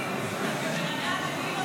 בועז יושב